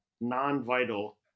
non-vital